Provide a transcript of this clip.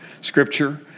scripture